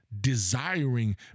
desiring